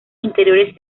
interiores